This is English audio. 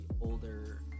older